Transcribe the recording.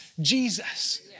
Jesus